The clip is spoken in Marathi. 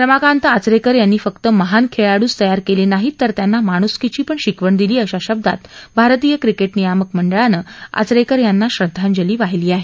रमाकांत आचरेकर यांनी फक्त महान खेळाडूच तयार केले नाहीत तर त्यांना माणूसकीची पण शिकवण दिली अशा शब्दात भारतीय क्रिकेट नियामक मंडळान आचरेकर यांना श्रद्वांजली वाहिली आहे